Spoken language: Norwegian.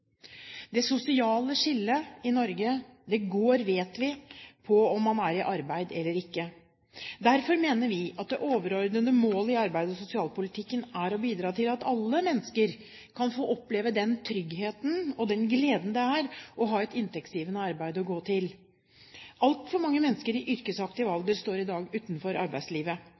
Det sosiale skillet i Norge vet vi går mellom det å være i arbeid eller ikke. Derfor mener vi at det overordnede målet i arbeids- og sosialpolitikken er å bidra til at alle mennesker får oppleve den tryggheten og den gleden det er å ha et inntektsgivende arbeid å gå til. Altfor mange mennesker i yrkesaktiv alder står i dag utenfor arbeidslivet.